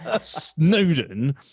Snowden